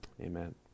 Amen